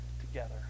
together